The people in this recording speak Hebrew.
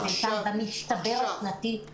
-- ילדים חולים בביתם במצטבר השנתי,